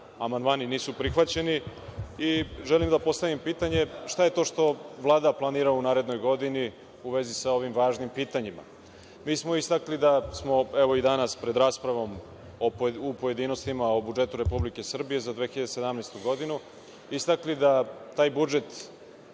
amandmani nisu prihvaćeni. Želim da postavim pitanje - šta je to što Vlada planira u narednoj godini u vezi sa ovim važnim pitanjima? Mi smo istakli da smo, evo i danas, pred raspravom u pojedinostima o budžetu Republike Srbije za 2017. godinu, istakli da taj budžet